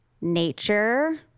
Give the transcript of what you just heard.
Nature